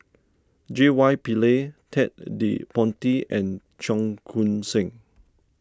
J Y Pillay Ted De Ponti and Cheong Koon Seng